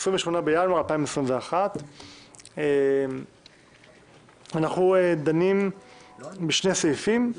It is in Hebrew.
ה-28 בינואר 2021. אנחנו דנים בשני סעיפים.